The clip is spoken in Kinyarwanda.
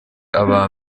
aba